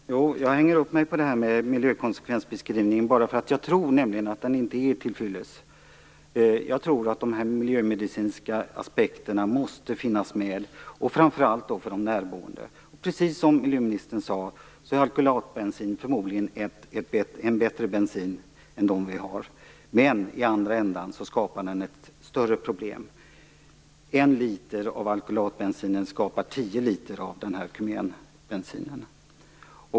Fru talman! Jag hänger upp mig på miljökonsekvensbeskrivningen bara för att jag tror att den inte är tillfyllest. Jag tror att de miljömedicinska aspekterna måste finnas med, framför allt för de närboende. Precis som miljöministern sade är alkylatbensin förmodligen en bättre bensin än de vi har, men i andra ändan skapar den ett större problem. En liter av alkylatbensinen skapar tio liter av kumenbensinen.